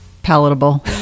palatable